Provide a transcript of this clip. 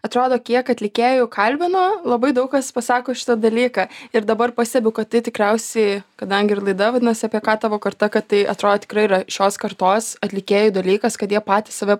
atrodo kiek atlikėjų kalbinu labai daug kas pasako šitą dalyką ir dabar pastebiu kad tai tikriausiai kadangi ir laida vadinasi apie ką tavo karta kad tai atrodo tikrai yra šios kartos atlikėjų dalykas kad jie patys save